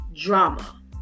drama